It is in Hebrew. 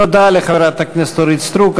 תודה לחברת הכנסת אורית סטרוק.